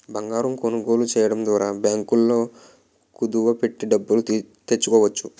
బంగారం కొనుగోలు చేయడం ద్వారా బ్యాంకుల్లో కుదువ పెట్టి డబ్బులు తెచ్చుకోవచ్చు